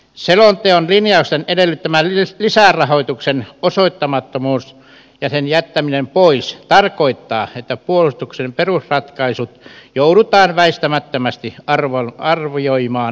selonteon linjausten edellyttämän lisärahoituksen osoittamattomuus ja sen jättäminen pois tarkoittaa että puolustuksen perusratkaisut joudutaan väistämättömästi arvioimaan uudelleen